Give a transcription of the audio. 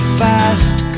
fast